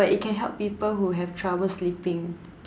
but it can help people who have trouble sleeping